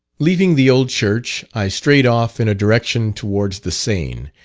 leaving the old church i strayed off in a direction towards the seine,